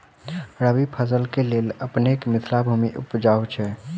रबी फसल केँ लेल अपनेक मिथिला भूमि उपजाउ छै